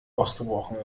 ausgebrochen